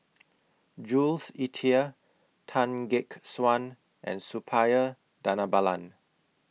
Jules Itier Tan Gek Suan and Suppiah Dhanabalan